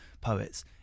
poets